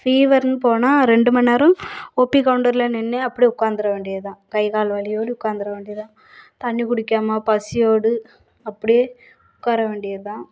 ஃபீவர்ன்னு போனால் ரெண்டு மண்னேரம் ஓபி கவுண்டரில் நின்று அப்படியே உட்காந்துட வேண்டிய தான் கை கால் வலியோட உட்காந்துட வேண்டிய தான் தண்ணி குடிக்காமல் பசியோடு உட்கார வேண்டிய தான்